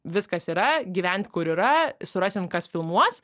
viskas yra gyvent kur yra surasim kas filmuos